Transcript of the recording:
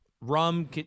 rum